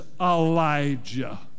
Elijah